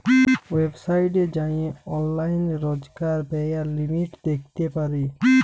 ওয়েবসাইটে যাঁয়ে অললাইল রজকার ব্যয়ের লিমিট দ্যাখতে পারি